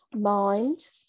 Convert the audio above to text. mind